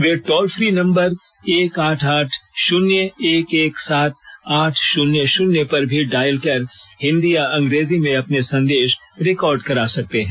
वे toll free number एक आठ आठ शून्य एक एक सात आठ शून्य शून्य पर भी डायल कर हिन्दी या अंग्रेजी में अपने संदेश रिकॉर्ड कर सकते हैं